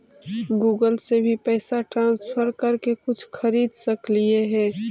Google से भी पैसा ट्रांसफर कर के कुछ खरिद सकलिऐ हे?